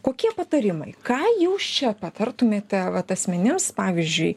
kokie patarimai ką jūs čia patartumėte vat asmenims pavyzdžiui